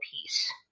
peace